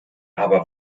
aber